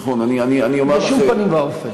בשום פנים ואופן.